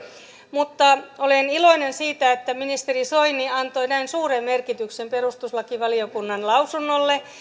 mutta olen iloinen siitä että ministeri soini antoi näin suuren merkityksen perustuslakivaliokunnan lausunnolle